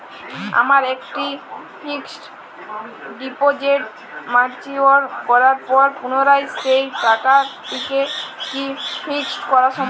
আমার একটি fixed deposit mature করার পর পুনরায় সেই টাকাটিকে কি ফিক্সড করা সম্ভব?